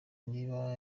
niba